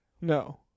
No